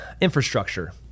Infrastructure